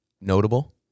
notable